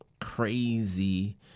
crazy